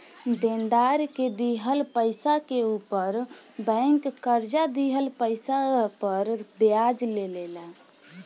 देनदार के दिहल पइसा के ऊपर बैंक कर्जा दिहल पइसा पर ब्याज ले ला